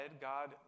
God